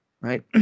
right